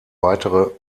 weitere